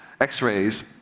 X-rays